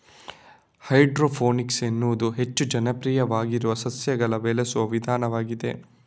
hydroponics ಎನ್ನುವುದು ಹೆಚ್ಚು ಜನಪ್ರಿಯವಾಗಿರುವ ಸಸ್ಯಗಳನ್ನು ಬೆಳೆಸುವ ವಿಧಾನವಾಗಿದೆ